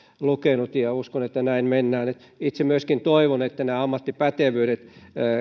lukenut ja uskon että näin mennään itse myöskin toivon että ne ammattipätevyydet